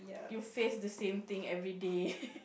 you face the same thing everyday